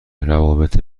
روابط